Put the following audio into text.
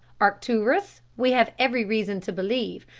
arcturus, we have every reason to believe,